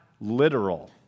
literal